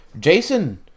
Jason